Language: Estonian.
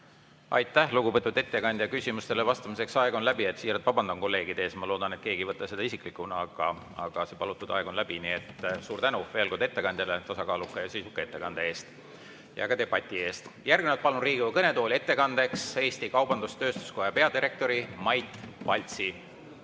Aitäh, lugupeetud ettekandja! Küsimustele vastamiseks mõeldud aeg on läbi. Siiralt vabandan kolleegide ees. Ma loodan, et keegi ei võta seda isiklikult. Aga palutud aeg on läbi. Nii et suur tänu veel kord ettekandjale tasakaaluka ja sisuka ettekande eest ja ka debati eest! Järgnevalt palun Riigikogu kõnetooli ettekandeks Eesti Kaubandus-Tööstuskoja peadirektori Mait Paltsi.